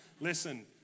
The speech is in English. Listen